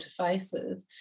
interfaces